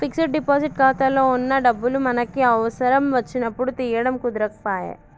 fixed deposit ఖాతాలో వున్న డబ్బులు మనకి అవసరం వచ్చినప్పుడు తీయడం కుదరకపాయె